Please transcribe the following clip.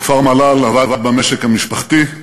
בכפר-מל"ל עבד במשק המשפחתי,